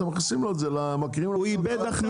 אתם מכניסים לו את זה למרכיבים --- הוא איבד הכנסה.